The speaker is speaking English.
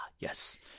Yes